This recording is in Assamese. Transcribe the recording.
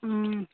ও